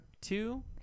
two